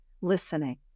listening